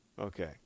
Okay